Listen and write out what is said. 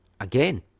again